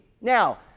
Now